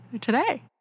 today